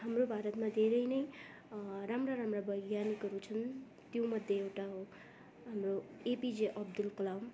हाम्रो भारतमा धेरै नै राम्रो राम्रो वैज्ञानिकहरू छन् त्योमध्ये एउटा हो हाम्रो एपिजे अब्दुल कलाम